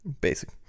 Basic